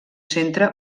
centre